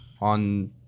on